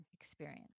experience